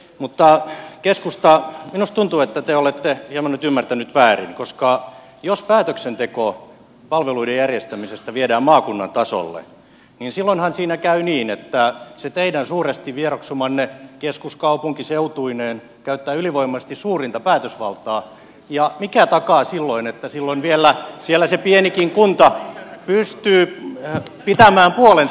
mutta keskusta minusta tuntuu että te olette hieman nyt ymmärtäneet väärin koska jos päätöksenteko palveluiden järjestämisessä viedään maakunnan tasolle niin silloinhan siinä käy niin että se teidän suuresti vieroksumanne keskuskaupunki seutuineen käyttää ylivoimaisesti suurinta päätösvaltaa ja mikä takaa että silloin vielä siellä se pienikin kunta pystyy pitämään puolensa